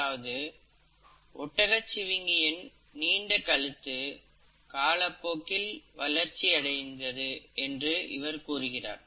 அதாவது ஒட்டகச்சிவிங்கியின் நீண்ட கழுத்து காலப்போக்கில் வளர்ச்சி அடைந்தது என்று இவர் கூறுகிறார்